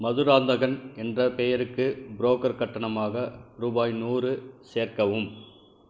மதுராந்தகன் என்ற பெயருக்கு புரோக்கர் கட்டணமாக ரூபாய் நூறு சேர்க்கவும்